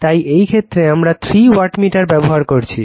তাই এই ক্ষেত্রে আমরা থ্রি ওয়াটমিটার ব্যবহার করেছি